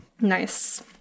Nice